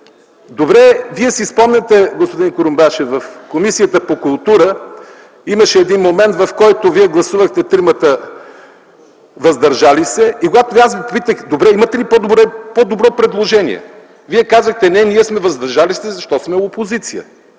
Вие си спомняте, господин Курумбашев, в Комисията по култура имаше един момент, в който вие тримата гласувахте „въздържал се” и когато аз ви попитах: добре, имате ли по добро предложение, вие казахте: не, ние сме „въздържали се”, защото сме опозиция.